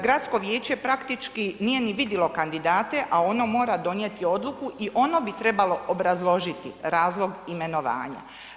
Gradsko viječe praktički nije ni vidjelo kandidate a ono mora donijeti odluku i oni bi trebalo obrazložiti razlog imenovanja.